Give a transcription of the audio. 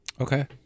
Okay